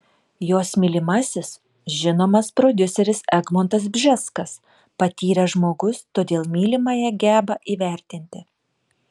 jos mylimasis žinomas prodiuseris egmontas bžeskas patyręs žmogus todėl mylimąją geba įvertinti